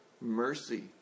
mercy